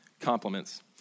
compliments